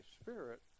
spirit